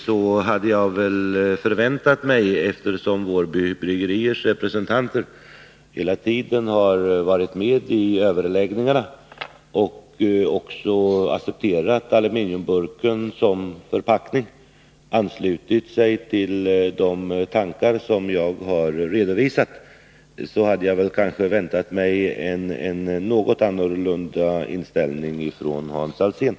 Wårby Bryggeriers representanter har hela tiden varit med i överläggningarna och även accepterat aluminiumburken som förpackning och anslutit sig till de tankar som jag redovisat. Jag hade därför väntat mig en något annan inställning från Hans Alsén.